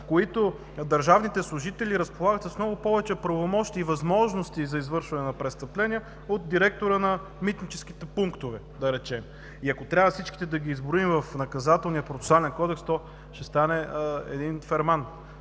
които държавните служители разполагат с много повече правомощия и възможности за извършване на престъпления от директора на митническите пунктове? И ако трябва всички да ги изброим в Наказателния процесуален кодекс, то ще стане един ферман.